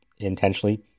intentionally